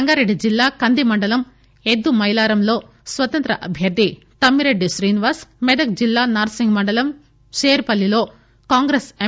సంగారెడ్డి జిల్లా కంది మండలం ఎద్దుమైలారంలో స్వతంత్ర అభ్యర్థి తమ్మిరెడ్డి శ్రీనివాస్ మెదక్ జిల్లా నార్పింగ్ మండలం శేర్పల్లిలో కాంగ్రెస్ ఎం